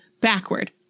backward